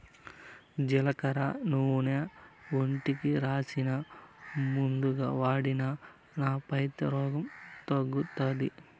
జీలకర్ర నూనె ఒంటికి రాసినా, మందుగా వాడినా నా పైత్య రోగం తగ్గుతాది